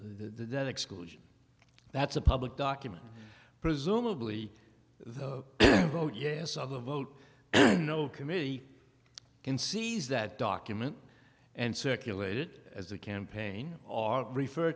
then exclusion that's a public document presumably the vote yes other vote no committee can seize that document and circulate it as a campaign or refer